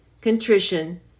contrition